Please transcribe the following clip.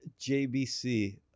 JBC